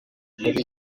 muri